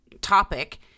topic